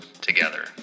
together